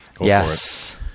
Yes